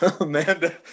amanda